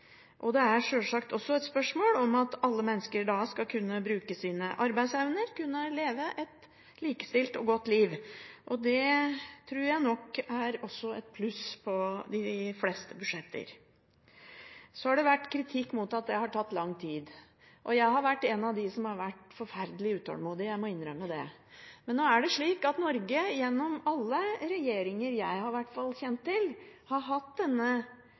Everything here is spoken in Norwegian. menneskerettighetsspørsmål. Det handler sjølsagt også om at alle mennesker skal kunne bruke sin arbeidsevne og leve et likestilt og godt liv. Det tror jeg også er et pluss på de fleste budsjetter. Så har det vært kritikk fordi det har tatt lang tid. Jeg har vært en av dem som har vært forferdelig utålmodig, jeg må innrømme det. Men det er slik at Norge, i hvert fall gjennom alle regjeringer jeg har kjent til, har hatt